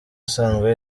asanzwe